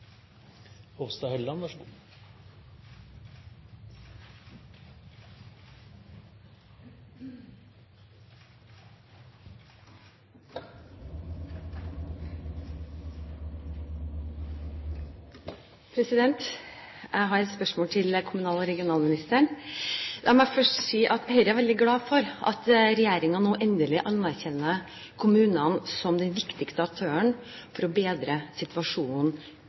Jeg har et spørsmål til kommunal- og regionalministeren. La meg først si at Høyre er veldig glad for at regjeringen nå endelig anerkjenner kommunene som den viktigste aktøren for å bedre situasjonen